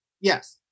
Yes